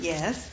Yes